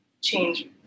change